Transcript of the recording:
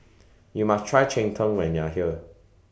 YOU must Try Cheng Tng when YOU Are here